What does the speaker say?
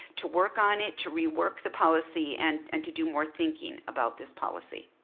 to work on it, to rework the policy, and and to do more thinking about this policy.